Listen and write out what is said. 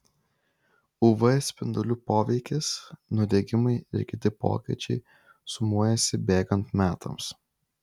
uv spindulių poveikis nudegimai ir kiti pokyčiai sumuojasi bėgant metams